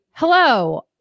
hello